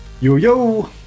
yo-yo